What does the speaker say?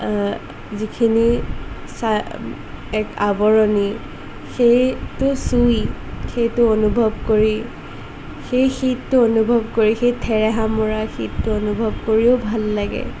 যিখিনি চাই এক আৱৰণি সেইটো চুই সেইটো অনুভৱ কৰি সেই শীতটো অনুভৱ কৰি সেই ঠেৰেহা মৰা শীতটো অনুভৱ কৰিও ভাল লাগে